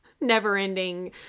never-ending